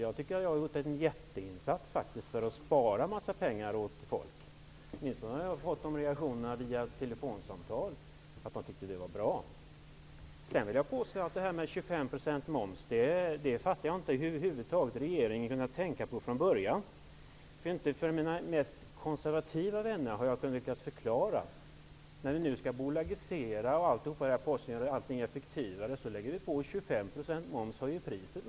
Jag tycker att vi har gjort en jätteinsats för att spara en massa pengar åt folk. Åtminstone har jag fått sådana reaktioner via telefonsamtal; man tycker att det är bra. Jag förstår inte hur regeringen över huvud taget kunde tänka sig 25 % moms från början. För mina mest konservativa vänner har jag inte lyckats förklara det. Först skall vi bolagisera Posten och få den effektiv, så lägger vi på 25 % moms som höjer priset.